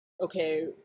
okay